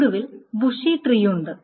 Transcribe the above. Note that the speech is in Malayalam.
ഒടുവിൽ ബുഷി ട്രീയുണ്ട്